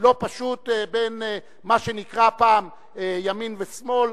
לא פשוט בין מה שנקרא פעם "ימין" ו"שמאל",